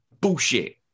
Bullshit